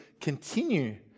continue